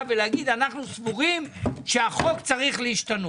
ולהגיד: אנחנו סבורים שהחוק צריך להשתנות.